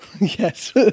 Yes